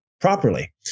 properly